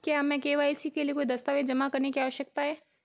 क्या हमें के.वाई.सी के लिए कोई दस्तावेज़ जमा करने की आवश्यकता है?